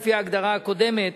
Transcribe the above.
לפי ההגדרה הקודמת,